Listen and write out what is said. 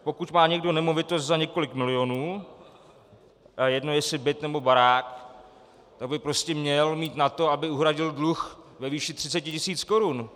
Pokud má někdo nemovitost za několik milionů, a je jedno, jestli byt nebo barák, tak by prostě měl mít na to, aby uhradil dluh ve výši 30 tisíc korun.